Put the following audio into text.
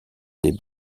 des